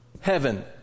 heaven